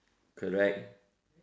correct